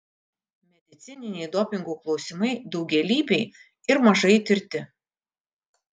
medicininiai dopingų klausimai daugialypiai ir mažai tirti